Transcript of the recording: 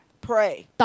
pray